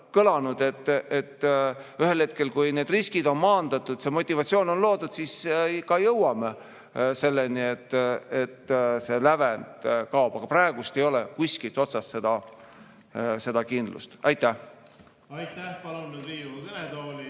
kõlanud, ühel hetkel, kui need riskid on maandatud, see motivatsioon on loodud, jõuame selleni, et see lävend kaob. Aga praegu ei ole kuskilt otsast seda kindlust. Aitäh! Aitäh! Palun nüüd Riigikogu kõnetooli